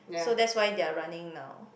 so that's why they are running now